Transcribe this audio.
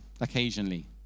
occasionally